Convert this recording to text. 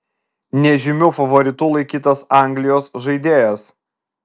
nežymiu favoritu laikytas anglijos žaidėjas